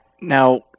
Now